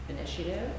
initiative